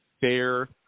fair